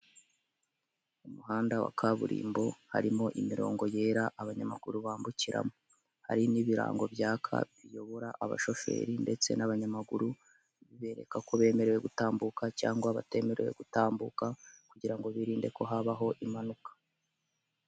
Umuhanda wa kaburimbo harimo imirongo yera abanyamaguru bambukiramo. Hari n'ibirango byaka biyobora abashoferi ndetse n'abanyamaguru bibereka ko bemerewe gutambuka cyangwa batemerewe gutambuka kugira ngo birinde ko habaho impanuka.